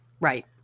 Right